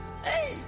Hey